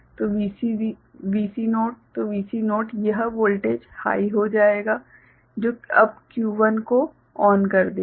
तो VC0 तो VC0 यह वोल्टेज हाइ हो जाएगा जो अब Q1 को चालू कर देगा